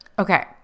Okay